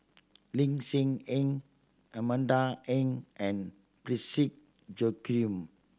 Lin Hsin Heng Amanda Heng and Parsick Joaquim